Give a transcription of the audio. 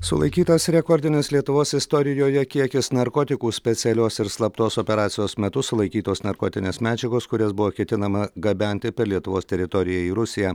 sulaikytas rekordinis lietuvos istorijoje kiekis narkotikų specialios ir slaptos operacijos metu sulaikytos narkotinės medžiagos kurias buvo ketinama gabenti per lietuvos teritoriją į rusiją